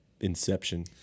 Inception